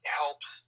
helps